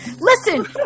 Listen